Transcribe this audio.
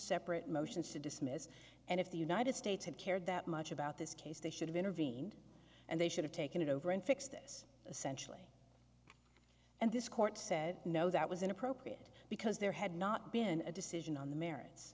separate motions to dismiss and if the united states had cared that much about this case they should have intervened and they should have taken it over and fixed this essentially and this court said no that was inappropriate because there had not been a decision on the merits